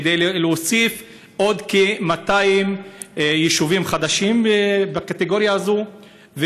כדי להוסיף עוד כ-200 יישובים חדשים בקטגוריה הזאת.